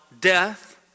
Death